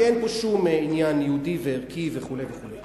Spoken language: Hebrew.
כי אין פה שום עניין יהודי וערכי וכו' וכו'.